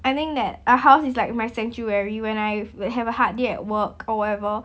I think that a house is like my sanctuary when I have like have hard day at work or whatever